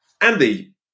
Andy